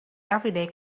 everyday